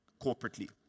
corporately